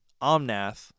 Omnath